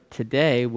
today